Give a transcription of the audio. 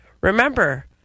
remember